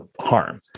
harm